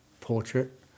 portrait